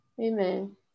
Amen